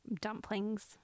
dumplings